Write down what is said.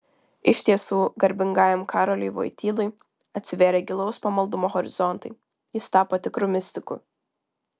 iš tiesų garbingajam karoliui vojtylai atsivėrė gilaus pamaldumo horizontai jis tapo tikru mistiku